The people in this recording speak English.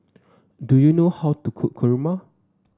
do you know how to cook Kurma